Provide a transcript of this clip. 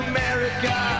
America